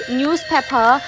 newspaper